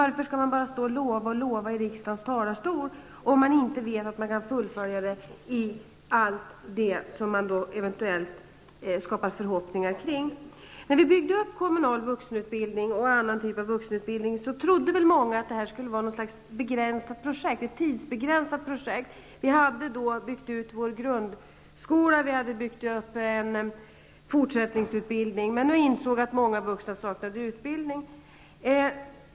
Varför skall man stå och lova i riksdagens talarstol, om man inte vet att man kan fullfölja allt det som man eventuellt skapar förhoppningar kring? När vi byggde upp den kommunala vuxenutbildningen och annan typ av vuxenutbildning, trodde många att det skulle vara ett tidsbegränsat projekt. Vi hade då byggt ut vår grundskola, och vi hade byggt upp en fortsättningsutbildning, när vi insåg att många vuxna saknade utbildning.